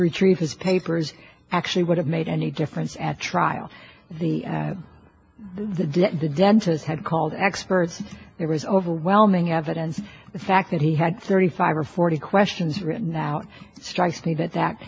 retrieve his papers actually would have made any difference at trial the the dentist had called experts it was overwhelming evidence the fact that he had thirty five or forty questions written out it strikes me that that